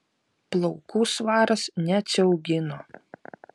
plaukų svaras neatsiaugino